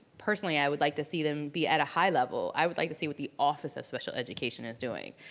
personally i would like to see them be at a high level. i would like to see what the office of special education is doing,